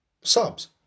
subs